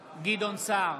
סער,